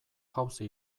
jauzi